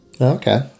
Okay